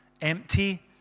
Empty